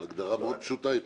בחוק הייתה הגדרה מאוד פשוטה.